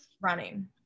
running